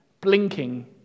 blinking